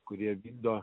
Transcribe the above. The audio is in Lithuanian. kurie vykdo